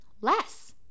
less